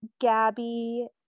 gabby